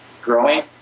growing